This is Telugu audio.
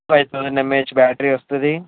ఫైవ్ థౌజండ్ ఎంఎహేచ్ బ్యాటరీ వస్తుంది